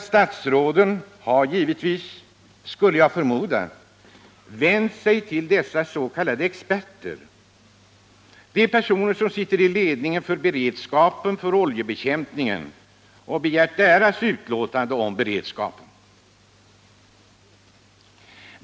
Statsråden har givetvis — skulle jag förmoda — vänt sig till dessa s.k. experter, personer som sitter i ledningen för beredskapen för oljebekämpningen, och begärt deras utlåtande om beredskapen.